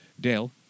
Dale